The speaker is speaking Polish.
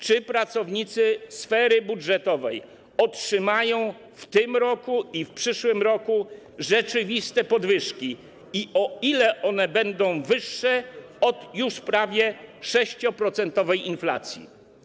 Czy pracownicy sfery budżetowej otrzymają w tym roku i w przyszłym roku rzeczywiste podwyżki i o ile one będą wyższe od już prawie 6-procentowej inflacji?